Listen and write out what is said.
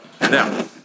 Now